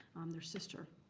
um their sister.